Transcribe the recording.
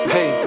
Hey